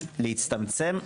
להצטמצם,